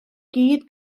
gyd